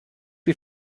wie